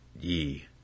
ye